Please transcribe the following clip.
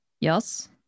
Yes